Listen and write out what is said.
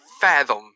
fathom